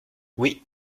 oui